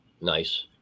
Nice